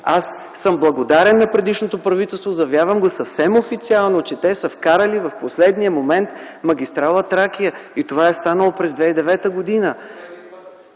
Аз съм благодарен на предишното правителство – заявявам го съвсем официално – че те са вкарали в последния момент магистрала „Тракия”. Това е станало през 2009 г.